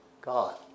God